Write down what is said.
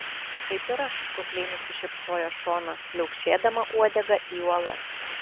kaip ir aš kukliai nusišypsojo šona pliaukšėdama uodega į uolas